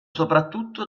soprattutto